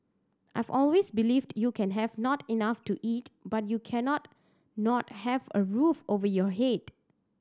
I've always believed you can have not enough to eat but you cannot not have a roof over your head